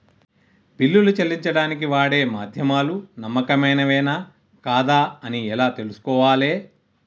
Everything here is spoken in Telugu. బిల్లులు చెల్లించడానికి వాడే మాధ్యమాలు నమ్మకమైనవేనా కాదా అని ఎలా తెలుసుకోవాలే?